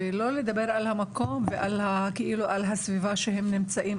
ולא נדבר על המקום ועל הסביבה שהם נמצאים.